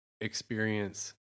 experience